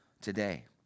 today